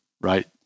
right